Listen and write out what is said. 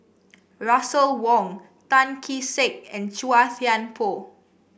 Russel Wong Tan Kee Sek and Chua Thian Poh